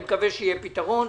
מקווה שיהיה פתרון.